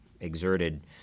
exerted